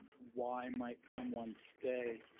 why might someone stay?